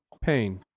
pain